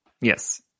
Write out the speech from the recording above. yes